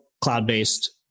cloud-based